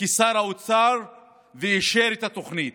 כשר האוצר ואישר את התוכנית.